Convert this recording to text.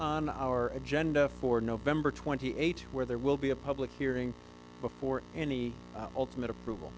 on our agenda for november twenty eighth where there will be a public hearing before any ultimate approval